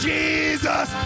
Jesus